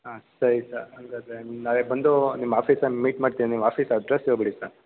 ಹಾಂ ಸರಿ ಸರ್ ಹಂಗಾದ್ರೆ ನಾಳೆ ಬಂದು ನಿಮ್ಮ ಆಫೀಸಲ್ಲಿ ಮೀಟ್ ಮಾಡ್ತೀನಿ ನೀವು ಆಫೀಸ್ ಅಡ್ರೆಸ್ಸ್ ಹೇಳಿಬಿಡಿ ಸರ್